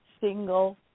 single